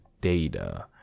data